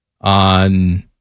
on